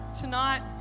tonight